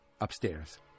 upstairs